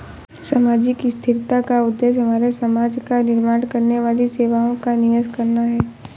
सामाजिक स्थिरता का उद्देश्य हमारे समाज का निर्माण करने वाली सेवाओं का निवेश करना है